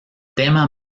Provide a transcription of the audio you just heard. tema